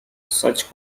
such